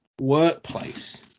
workplace